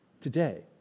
today